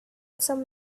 some